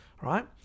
right